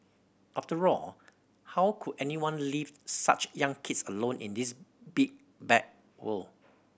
after all how could anyone leave such young kids alone in this big bad world